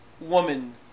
woman